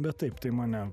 bet taip tai mane